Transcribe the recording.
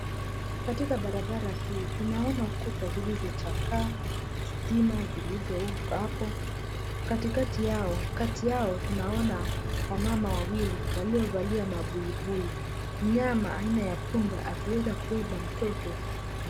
Katika barabara hii tunaona ukuta zilizochakaa, stima zilizo hapo. Kati yao tunaona wamama wawili waliovalia mabuibui. Mnyama aina ya punda akiweza kubeba mtoto.